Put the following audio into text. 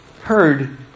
heard